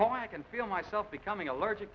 now i can feel myself becoming allergic